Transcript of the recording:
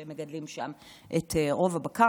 שמגדלים שם את רוב הבקר.